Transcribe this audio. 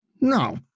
No